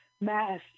mass